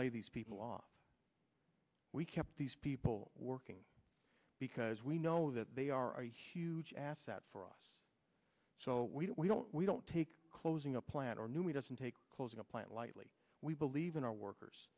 lay these people off we kept these people working because we know that they are a huge asset for us so we don't we don't we don't take closing a plant or new we doesn't take closing a plant lightly we believe in our workers